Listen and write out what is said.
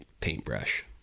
paintbrush